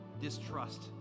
distrust